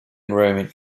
roman